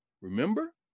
Remember